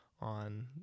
on